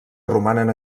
romanen